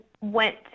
went